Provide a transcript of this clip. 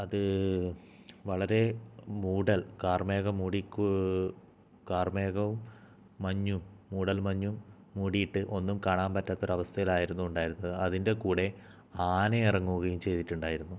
അത് വളരെ മൂടൽ കാർമേഘം മൂടിക്കു കാർമേഘവും മഞ്ഞും മൂടൽ മഞ്ഞും മൂടിയിട്ട് ഒന്നും കാണാൻ പറ്റാത്ത ഒരവസ്ഥയിലായിരുന്നു ഉണ്ടായിരുന്നത് അതിന്റെ കൂടെ ആന ഇറങ്ങുകയും ചെയ്തിട്ടുണ്ടായിരുന്നു